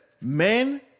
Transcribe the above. men